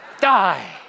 die